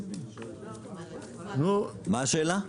מה השאלה?